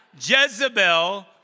jezebel